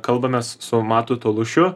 kalbamės su matu tolušiu